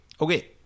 Okay